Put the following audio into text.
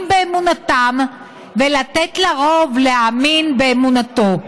באמונתם ולתת לרוב להאמין באמונתו.